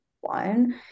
one